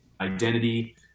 identity